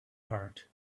heart